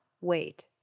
wait